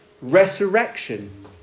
resurrection